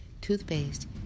toothpaste